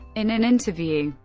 in an interview,